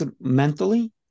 mentally